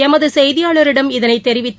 எமது செய்தியாளரிடம் இதனைத் தெரிவித்த